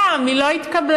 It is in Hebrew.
הפעם היא לא התקבלה.